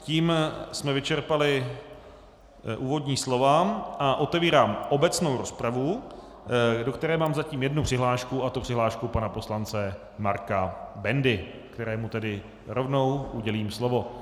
Tím jsme vyčerpali úvodní slova a otevírám obecnou rozpravu, do které mám zatím jednu přihlášku, a to přihlášku pana poslance Marka Bendy, kterému rovnou udělím slovo.